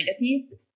negative